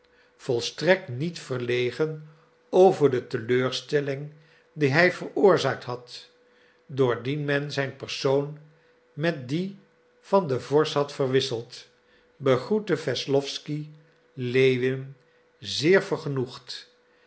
volstrekt niet verlegen over de teleurstelling die hij veroorzaakt had doordien men zijn persoon met dien van den vorst had verwisseld begroette wesslowsky lewin zeer vergenoegd